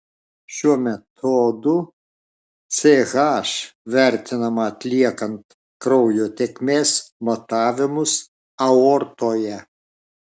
šiuo metodu ch vertinama atliekant kraujo tėkmės matavimus aortoje